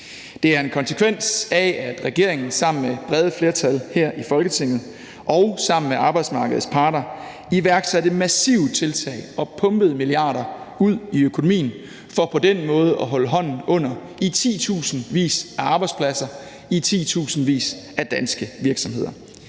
Det er en konsekvens af, at regeringen sammen med brede flertal her i Folketinget og sammen med arbejdsmarkedets parter iværksatte massive tiltag og pumpede milliarder ud i økonomien for på den måde at holde hånden under i titusindvis af arbejdspladser i titusindvis af danske virksomheder.